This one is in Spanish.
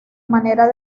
manera